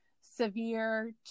severe